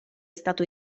stato